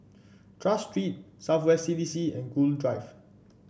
Tras Street South West C D C and Gul Drive